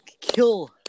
kill